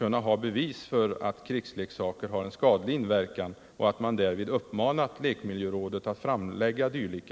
ha bevis för att krigsleksaker har en skadlig inverkan och att man uppmanat lekmiljörådet att framlägga dylika.